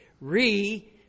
re